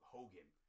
Hogan